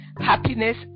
happiness